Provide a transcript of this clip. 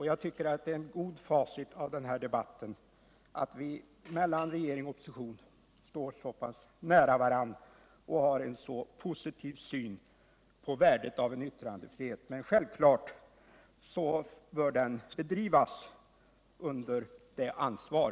Jag tycker att det är ett gott facit av den här debatten att regering och opposition står så pass nära varandra och har en så positiv syn på värdet av yttrandefrihet, men självfallet måste denna utövas under ansvar.